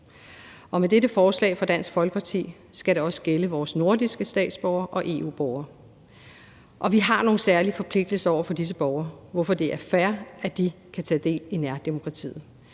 Med dette forslag fra Dansk Folkeparti skal det også gælde vores nordiske statsborgere og EU-borgere. Vi har nogle særlige forpligtelser over for disse borgere, hvorfor det er fair, at de kan tage del i nærdemokratiet.